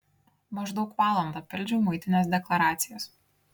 maždaug valandą pildžiau muitinės deklaracijas